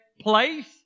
place